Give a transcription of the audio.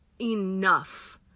enough